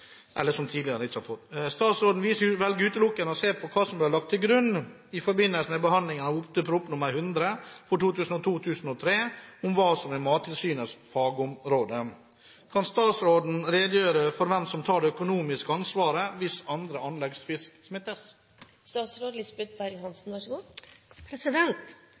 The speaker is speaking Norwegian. Statsråden velger utelukkende å se på hva som ble lagt til grunn i forbindelse med behandlingen av Ot.prp. nr. 100 for 2002–2003 om hva som er Mattilsynets fagområder. Kan statsråden redegjøre for hvem som tar det økonomiske ansvaret hvis andre anleggsfisk